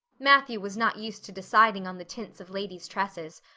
matthew was not used to deciding on the tints of ladies' tresses,